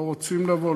לא "רוצים לבוא",